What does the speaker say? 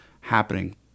happening